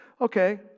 okay